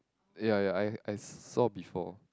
ya ya I I saw before